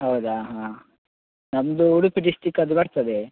ಹೌದಾ ಹಾಂ ನಮ್ಮದು ಉಡುಪಿ ಡಿಸ್ಟಿಕ್ಕದು ಬರ್ತದೆ